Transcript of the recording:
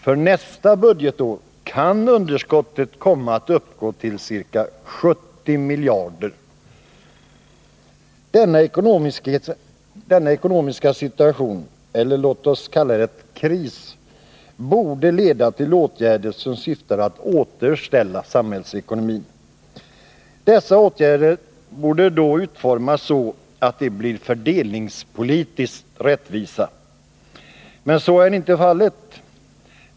För nästa budgetår kan underskottet komma att uppgå till ca 70 miljarder. Denna ekonomiska situation — eller låt oss kalla det kris — borde leda till åtgärder som syftar till att återställa samhällsekonomin. Dessa åtgärder borde då utformas så att de blir fördelningspolitiskt rättvisa. Men så är inte fallet.